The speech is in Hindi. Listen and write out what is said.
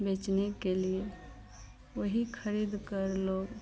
बेचने के लिए वही ख़रीदकर लोग